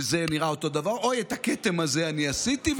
זה נראה אותו דבר, אוי, את הכתם הזה אני עשיתי.